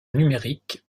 numérique